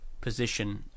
position